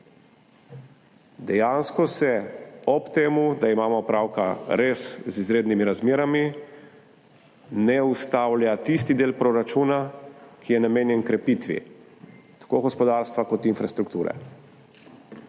Dejansko se ob temu, da imamo opravka res z izrednimi razmerami, ne ustavlja tisti del proračuna, ki je namenjen krepitvi tako gospodarstva kot infrastrukture.